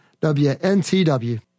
WNTW